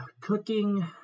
cooking